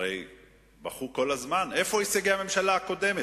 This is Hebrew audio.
הרי בכו כל הזמן, איפה הישגי הממשלה הקודמת.